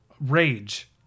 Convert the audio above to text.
Rage